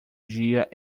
dia